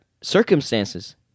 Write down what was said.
circumstances